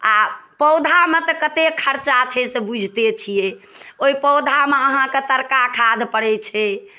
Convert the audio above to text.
आओर पौधामे तऽ कते खर्चा छै से बुझिते छियै ओइ पौधामे अहाँके तरका खाद पड़ै छै